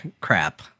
crap